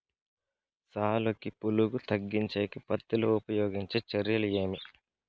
సాలుకి పులుగు తగ్గించేకి పత్తి లో ఉపయోగించే చర్యలు ఏమి?